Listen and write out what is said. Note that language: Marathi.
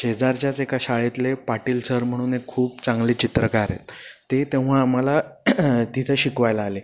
शेजारच्याच एका शाळेतले पाटील सर म्हणून एक खूप चांगले चित्रकार आहेत ते तेव्हा आम्हाला तिथे शिकवायला आले